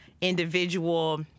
individual